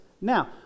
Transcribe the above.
Now